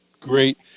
Great